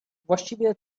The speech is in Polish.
właściwie